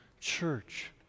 church